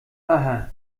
aha